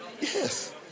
Yes